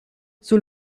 sul